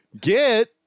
get